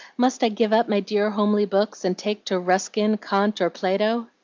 must i give up my dear homely books, and take to ruskin, kant, or plato?